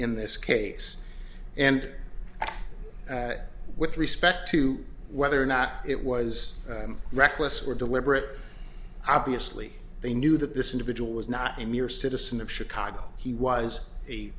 in this case and with respect to whether or not it was reckless or deliberate obviously they knew that this individual was not a mere citizen of chicago he was